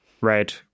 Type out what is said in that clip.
red